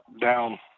down